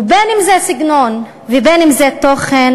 ובין אם זה הסגנון ובין אם זה התוכן,